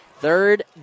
Third